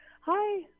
Hi